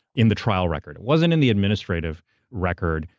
in the trial record. it wasn't in the administrative record.